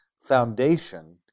foundation